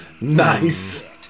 Nice